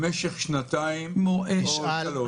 במשך שנתיים או שלוש?